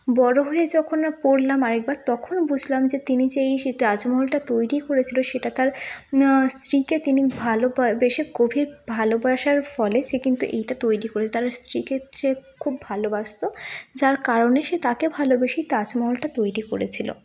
বড় হয়ে যখন পড়লাম আরেকবার তখন বুঝলাম যে তিনি যে এই সে তাজমহলটা তৈরি করেছিল সেটা তার স্ত্রীকে তিনি ভালোবেসে গভীর ভালোবাসার ফলে সে কিন্তু এইটা তৈরি করে তার স্ত্রীকে সে খুব ভালোবাসতো যার কারণে সে তাকে ভালোবেসেই তাজমহলটা তৈরি করেছিল